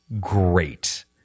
great